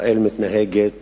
ישראל מתנהגת